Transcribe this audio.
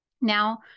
Now